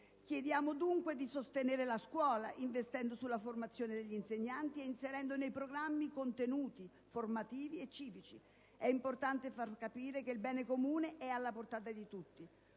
Chiediamo dunque di sostenere la scuola, investendo sulla formazione degli insegnanti e inserendo nei programmi contenuti formativi e civici. È importante far capire che il bene comune è alla portata di tutti.